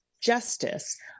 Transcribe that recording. justice